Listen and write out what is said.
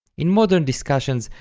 in modern discussions,